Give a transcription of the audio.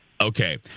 Okay